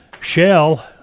shell